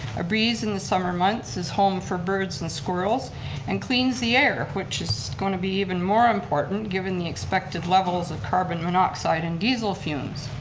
a breeze in the summer months, is home for birds and squirrels and cleans the air which is going to be even more important given the expected levels of carbon monoxide and diesel fumes.